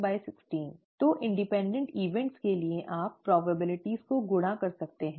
तो स्वतंत्र घटनाओं के लिए आप संभावनाओं को गुणा कर सकते हैं